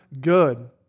good